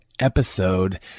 episode